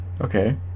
Okay